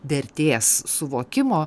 vertės suvokimo